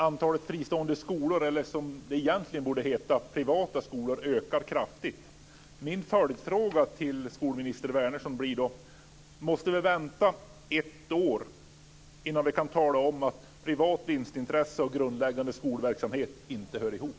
Antalet fristående skolor, eller, som det egentligen borde heta, privata skolor ökar kraftigt. Min följdfråga till skolminister Wärnersson blir då: Måste vi vänta ett år innan vi kan tala om att privat vinstintresse och grundläggande skolverksamhet inte hör ihop?